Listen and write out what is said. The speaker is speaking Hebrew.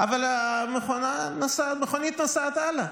אבל המכונית נוסעת הלאה.